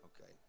Okay